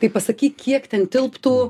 tai pasakyk kiek ten tilptų